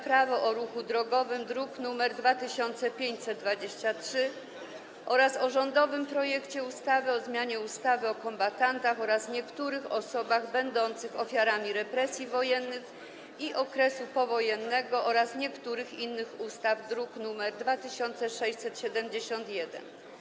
Prawo o ruchu drogowym, druk nr 2523, oraz o rządowym projekcie ustawy o zmianie ustawy o kombatantach oraz niektórych osobach będących ofiarami represji wojennych i okresu powojennego oraz niektórych innych ustaw, druk nr 2671.